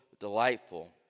Delightful